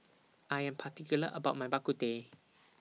I Am particular about My Bak Kut Teh